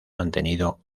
mantenido